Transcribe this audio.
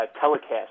telecast